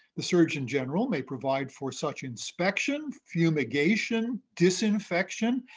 the surgeon general may provide for such inspection, fumigation, disinfection,